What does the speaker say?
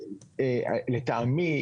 שלטעמי,